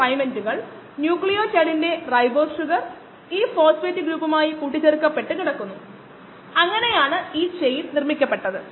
അതേസമയം ബയോ റിയാക്ടറിൽ സാധാരണയായി ചെയ്യുന്നത് ഫൈബർ ഒപ്റ്റിക് പ്രോബാണ് സ്പെക്ട്ര ഫ്ലൂറിമീറ്ററുമായി ബന്ധിപ്പിക്കുന്നത്